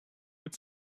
its